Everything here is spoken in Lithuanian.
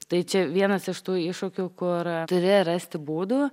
tai čia vienas iš tų iššūkių kur turi rasti būdų